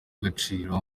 agaciro